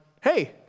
hey